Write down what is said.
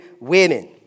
women